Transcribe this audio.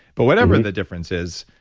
but whatever the difference is,